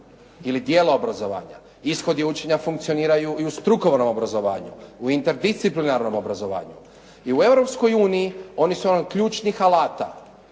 ili dijela obrazovanja. Ishodi učenja funkcioniraju i u strukovnom obrazovanju, u interdisciplinarnom obrazovanju i u Europskoj uniji, oni su vam ključnih alata